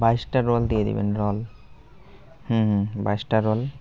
বাইশটা রোল দিয়ে দিবেন রোল হু বাইশটা রোল